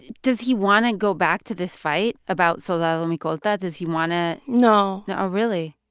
does he want to go back to this fight about soldado micolta? does he want to. no no really?